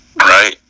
right